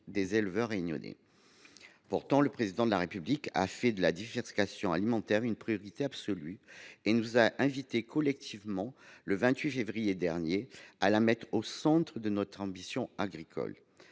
des éleveurs réunionnais. Pourtant, le Président de la République a fait de la diversification alimentaire une priorité absolue et nous a invités collectivement, le 28 février dernier, à la mettre « au centre de notre ambition agricole